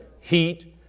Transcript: heat